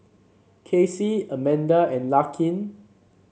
Kacy Amanda and Larkin